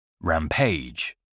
Rampage